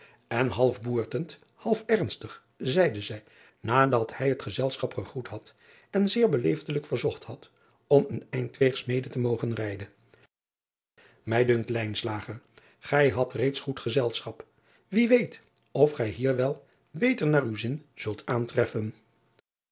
en hals boertend half ernstig zeide zij nadat bij het gezelschap gegroet had en zeer beleefdelijk verzocht om een eindwegs mede te mogen rijden ij dunkt gij hadt reeds goed gezelschap wie weet of gij hier wel beter naar uw zin zult aantreffen